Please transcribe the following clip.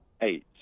eight